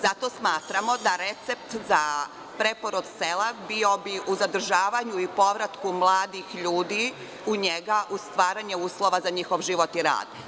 Zato smatramo da recept za preporod sela bio bi u zadržavanju i povratku mladih ljudi u njega, u stvaranju uslova za njihov život i rad.